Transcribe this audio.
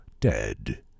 dead